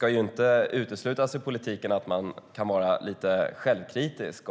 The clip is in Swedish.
kan inte uteslutas i politiken att man behöver vara lite självkritisk.